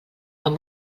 amb